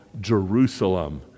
Jerusalem